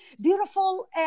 beautiful